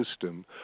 system